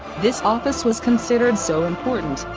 this office was considered so important,